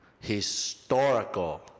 Historical